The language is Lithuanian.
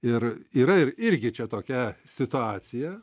ir yra ir irgi čia tokia situacija